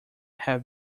have